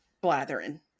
blathering